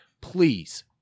please